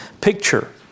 picture